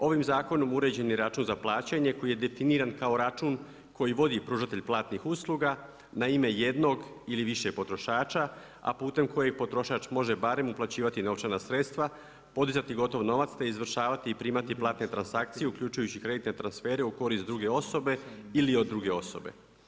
Ovim zakonom uređen je račun za plaćanje koji je definiran kao račun koji vodi pružatelj platnih usluga na ime jednog ili biše potrošača, a putem kojeg potrošač može barem uplaćivati novčana sredstva, podizati gotovo novac te izvršavati i primati platne transakcije uključujući kreditne transfere u korist druge osobe ili od druge osobe.